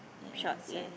shorts yes